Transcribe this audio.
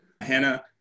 Hannah